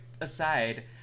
aside